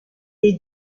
est